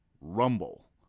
Rumble